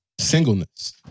singleness